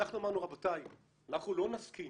אנחנו אמרנו, רבותיי, אנחנו לא נסכים,